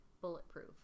bulletproof